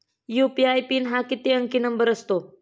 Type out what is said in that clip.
UPI PIN हा किती अंकी नंबर असतो?